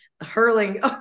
hurling